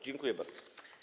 Dziękuję bardzo.